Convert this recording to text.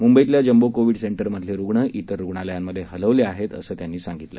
मूंबईतल्या jumbo covid centre मधले रुग्ण इतर रुग्णालयांमध्ये हलवले आहेत असं त्यांनी सांगितलं